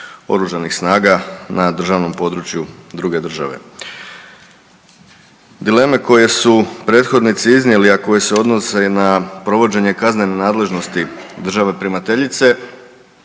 pripadnika OS-a na državnom području druge države. Dileme koje su prethodnici iznijeli, a koje se odnose i na provođenje kaznene nadležnosti države primateljice,